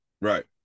Right